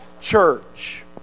church